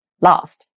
last